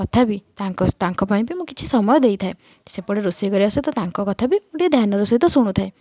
ତଥାପି ତାଙ୍କ ତାଙ୍କ ପାଇଁ ବି ମୁଁ କିଛି ସମୟ ଦେଇଥାଏ ସେପଟେ ରୋଷେଇ କରିବା ସହିତ ତାଙ୍କ କଥା ବି ମୁଁ ଟିକେ ଧ୍ୟାନର ସହିତ ଶୁଣୁଥାଏ